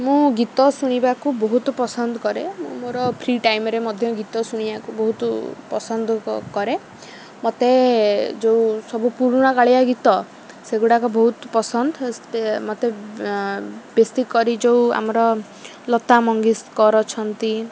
ମୁଁ ଗୀତ ଶୁଣିବାକୁ ବହୁତ ପସନ୍ଦ କରେ ମୁଁ ମୋର ଫ୍ରି ଟାଇମ୍ରେ ମଧ୍ୟ ଗୀତ ଶୁଣିବାକୁ ବହୁତ ପସନ୍ଦ କରେ ମୋତେ ଯେଉଁ ସବୁ ପୁରୁଣା କାଳିଆ ଗୀତ ସେଗୁଡ଼ାକ ବହୁତ ପସନ୍ଦ ମୋତେ ବେଶୀକରି ଯୋଉ ଆମର ଲତା ମଙ୍ଗେସ୍କର୍ ଅଛନ୍ତି